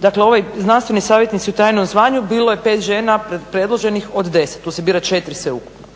dakle ovaj znanstveni savjetnici u trajnom zvanju, bilo je 5 žena predloženih od 10, tu se bira 4 sveukupno.